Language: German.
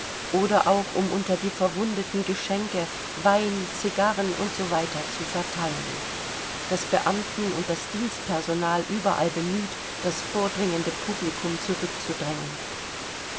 oder auch um unter die verwundeten geschenke wein cigarren u s w zu verteilen das beamten und das dienstpersonal überall bemüht das vordringende publikum zurückzudrängen